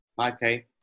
Okay